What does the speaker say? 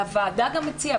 והוועדה גם הציעה,